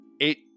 eight